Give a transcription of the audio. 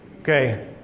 Okay